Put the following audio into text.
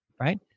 right